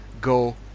go